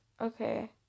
Okay